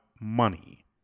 money